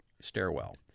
stairwell